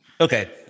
Okay